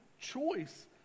choice